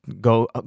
go